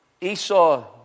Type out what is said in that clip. Esau